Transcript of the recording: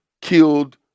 killed